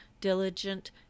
diligent